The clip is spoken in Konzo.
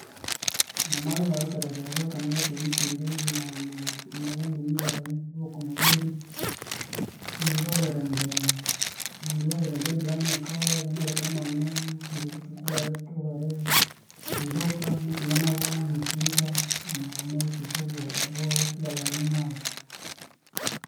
Namabya ingabikerererwa kandi ingawithe e meeting ne nabanyoni bayi abokomubiri iningibabwira indi, ingibabwira indi embulha muyikawa yamaleka namaghani thunga obuthuku obweri stinduka niku ngana bameetinga omwabuthuku obwathulyalaghana nabu